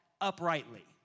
uprightly